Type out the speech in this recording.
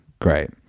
great